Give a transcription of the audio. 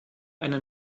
eine